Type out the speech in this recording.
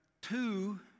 two